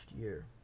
year